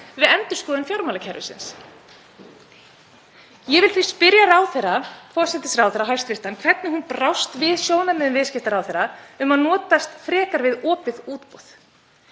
við endurskoðun fjármálakerfisins. Ég vil því spyrja hæstv. forsætisráðherra hvernig hún brást við sjónarmiðum viðskiptaráðherra um að notast frekar við opið útboð.